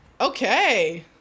okay